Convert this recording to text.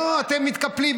לא, אתם מתקפלים.